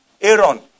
Aaron